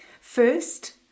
First